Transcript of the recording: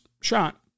shot